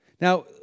Now